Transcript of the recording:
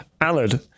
Allard